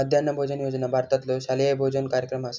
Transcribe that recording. मध्यान्ह भोजन योजना भारतातलो शालेय भोजन कार्यक्रम असा